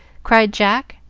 cried jack,